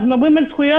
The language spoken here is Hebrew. אנחנו מדברים על זכויות.